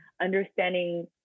understanding